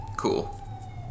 Cool